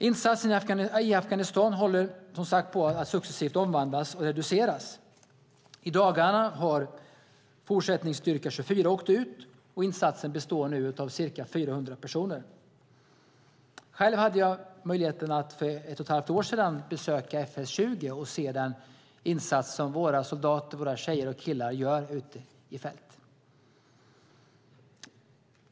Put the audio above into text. Insatsen i Afghanistan håller som sagt på att successivt omvandlas och reduceras. I dagarna har Fortsättningsstyrka 24 åkt ut, och insatsen består nu av ca 400 personer. Själv hade jag möjligheten för ett och ett halvt år sedan att besöka FS 20 och se den insats som våra soldater, våra tjejer och killar, gör ute i fält.